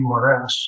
URS